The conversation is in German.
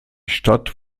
stadt